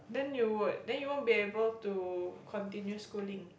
then you would then you won't be able to continue schooling